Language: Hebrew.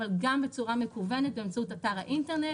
אבל גם בצורה מקוונת באמצעות אתר האינטרנט.